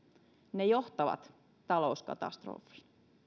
ne johtavat talouskatastrofiin